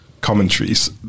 commentaries